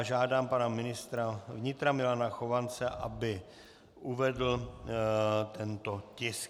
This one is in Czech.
Žádám pana ministra vnitra Milana Chovance, aby uvedl tento tisk.